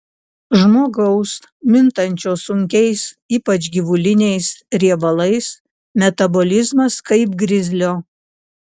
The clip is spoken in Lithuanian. žmogaus mintančio sunkiais ypač gyvuliniais riebalais metabolizmas kaip grizlio